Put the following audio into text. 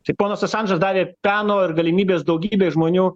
tai ponas asandžas davė peno ir galimybės daugybei žmonių